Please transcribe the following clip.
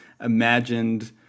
imagined